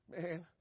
man